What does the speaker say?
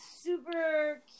super